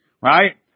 right